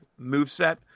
moveset